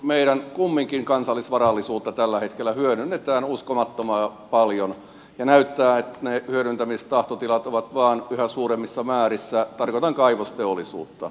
meidän kansallisvarallisuutta kumminkin tällä hetkellä hyödyn netään uskomattoman paljon ja näyttää että ne hyödyntämistahtotilat ovat vain yhä suuremmissa määrissä tarkoitan kaivosteollisuutta